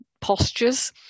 postures